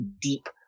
deep